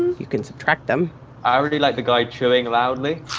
you can subtract them i really like the guy chewing loudly